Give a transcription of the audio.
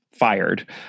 fired